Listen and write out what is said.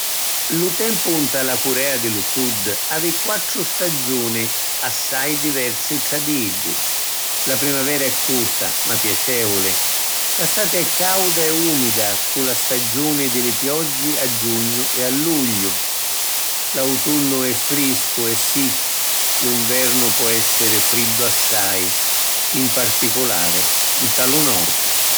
Lu tempu nta la Curea di lu Sud havi quattru stagiuni assai diversi tra di iddi. La primavera è curta ma piacevuli. La stati è cauda e umida cu la stagiuni di li pioggi a giugnu e a lugliu. L’autunnu è friscu e siccu. Lu nvernu po’ essiri friddu assai, in particulari nta lu Nord.